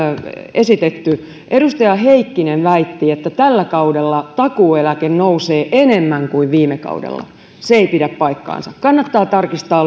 esitetty edustaja heikkinen väitti että tällä kaudella takuueläke nousee enemmän kuin viime kaudella se ei pidä paikkaansa kannattaa tarkistaa